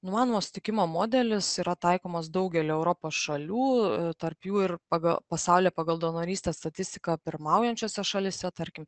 numanomo sutikimo modelis yra taikomas daugely europos šalių tarp jų ir paga pasaulyje pagal donorystę statistiką pirmaujančiose šalyse tarkim